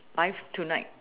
live tonight